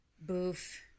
Boof